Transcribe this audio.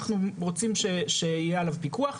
אנחנו רוצים שיהיה עליו פיקוח,